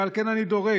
ועל כן אני דורש,